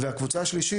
הקבוצה השלישית,